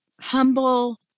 humble